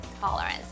tolerance